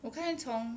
我刚才从